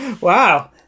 Wow